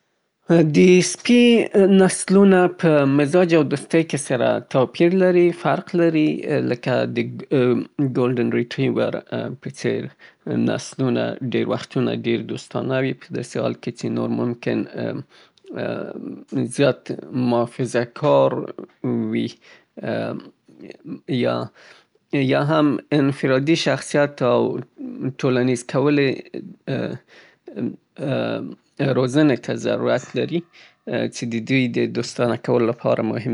د سپي نسلونه په مزاج او دوستۍ که سره توپير لري، فرق لري لکه د ګولډېن ريټريور په څېر نسلونه ډېر وختونه ډېر دوستانه وي. په داسې حال کې چې نور ممکن ډېر محافظه کار وي، يا - يا هم انفرادي شخصيت او ټولنيز کول يې روزنې ته ضرورت لري چې د دوی د دوستانه کولو لپاره مهم دي.